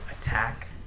attack